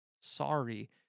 Sorry